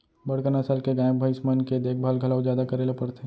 बड़का नसल के गाय, भईंस मन के देखभाल घलौ जादा करे ल परथे